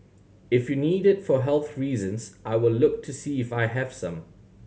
if you need it for health reasons I will look to see if I have some